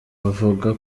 bavuga